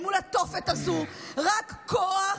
אל מול התופת הזו רק כוח,